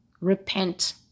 Repent